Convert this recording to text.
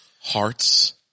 hearts